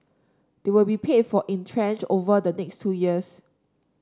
they will be paid for in tranches over the next two years